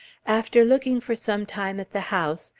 after looking for some time at the house,